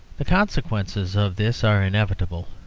the consequences of this are inevitable.